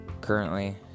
Currently